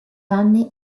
anni